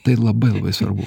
tai labai labai svarbu